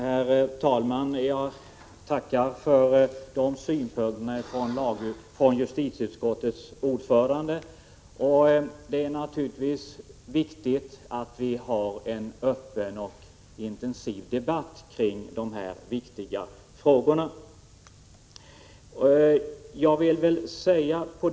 Herr talman! Jag tackar för dessa synpunkter från justitieutskottets ordförande. Det är naturligtvis värdefullt att vi för en öppen och intensiv debatt kring dessa viktiga frågor.